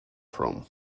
from